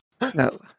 No